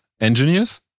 engineers